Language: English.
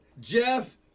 Jeff